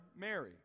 Mary